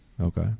okay